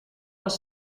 was